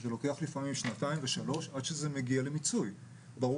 אין להם את הכלים לתת לזה מענה,